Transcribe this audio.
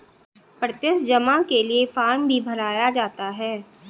प्रत्यक्ष जमा के लिये फ़ार्म भी भराया जाता है